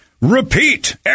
repeat